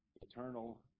eternal